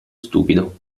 stupido